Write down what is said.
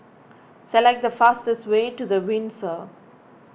select the fastest way to the Windsor